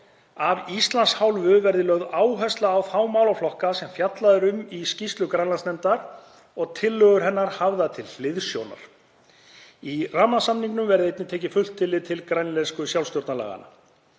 Af Íslands hálfu verði lögð áhersla á þá málaflokka sem fjallað er um í skýrslu Grænlandsnefndar og tillögur hennar hafðar til hliðsjónar. Í rammasamningnum verði einnig tekið fullt tillit til grænlensku sjálfstjórnarlaganna.